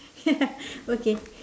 okay